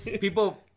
people